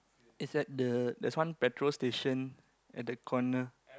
it's at the there's one petrol station at the corner